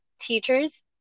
teachers